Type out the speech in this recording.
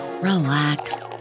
relax